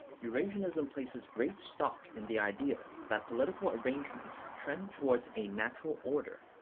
eurasianism places great stock in the idea that political arrangements trend towards a natural order,